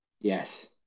Yes